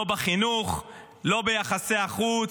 לא בחינוך, לא ביחסי החוץ,